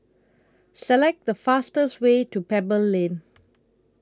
Select The fastest Way to Pebble Lane